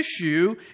issue